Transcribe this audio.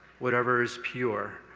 whatever is pure,